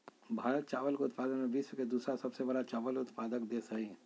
भारत चावल के उत्पादन में विश्व के दूसरा सबसे बड़ा चावल उत्पादक देश हइ